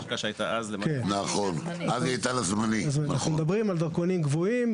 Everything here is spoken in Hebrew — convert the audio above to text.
אנחנו מדברים על דרכונים קבועים,